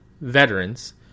veterans